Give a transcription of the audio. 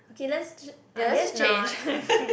okay let's j~ I guess not